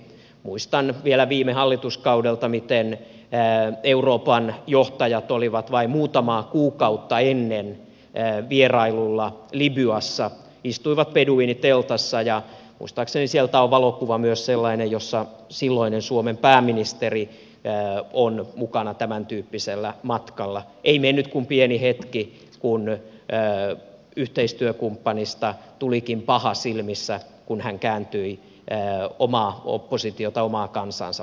muistan vielä viime hallituskaudelta miten euroopan johtajat olivat vain muutamaa kuukautta ennen vierailulla libyassa istuivat beduiiniteltassa muistaakseni sieltä on myös sellainen valokuva jossa silloinen suomen pääministeri on mukana tämäntyyppisellä matkalla ei mennyt kuin pieni hetki kun yhteistyökumppanista tulikin paha silmissä kun hän kääntyi omaa oppositiota omaa kansaansa vastaan